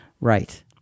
Right